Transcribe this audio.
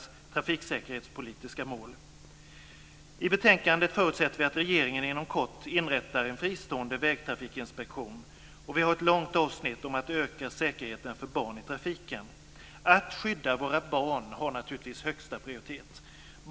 Att skydda våra barn har naturligtvis högsta prioritet.